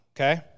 okay